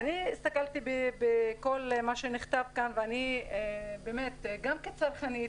אני הסתכלתי בכל מה שנכתב כאן ואני גם כצרכנית,